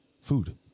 food